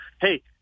hey